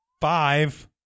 five